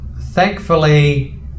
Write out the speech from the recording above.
thankfully